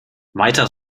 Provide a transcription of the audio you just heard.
weiter